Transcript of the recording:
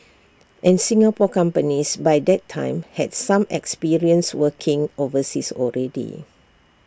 and Singapore companies by that time had some experience working overseas already